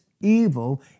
evil